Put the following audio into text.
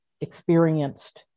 experienced